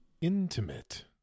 Intimate